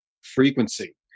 frequency